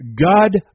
God